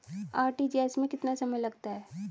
RTGS में कितना समय लगता है?